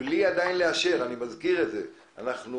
אני מזכיר שאנחנו עוד לא אישרנו,